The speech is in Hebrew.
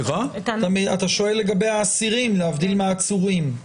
אתה שואל לגבי האסירים, להבדיל מהעצורים.